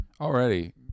Already